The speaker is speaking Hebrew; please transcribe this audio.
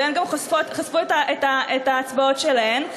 והן גם חשפו את ההצבעות שלהן,